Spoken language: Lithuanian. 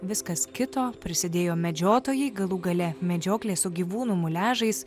viskas kito prisidėjo medžiotojai galų gale medžioklė su gyvūnų muliažais